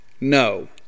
No